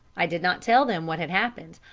i did not tell them what had happened,